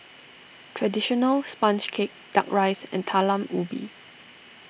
Traditional Sponge Cake Duck Rice and Talam Ubi